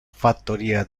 fattoria